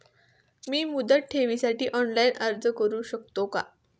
मी मुदत ठेवीसाठी ऑनलाइन अर्ज करू शकतो का?